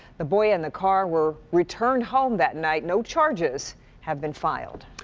the boy and the car were returned home that night. no charges have been filed.